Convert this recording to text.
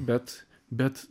bet bet